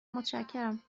متشکرم